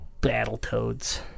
Battletoads